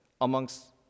amongst